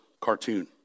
cartoon